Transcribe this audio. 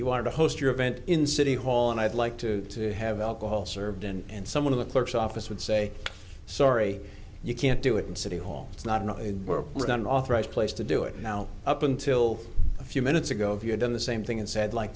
you want to host your event in city hall and i'd like to have alcohol served and someone of the clerk's office would say sorry you can't do it in city hall it's not we're done authorized place to do it now up until a few minutes ago if you had done the same thing and said like